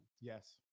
Yes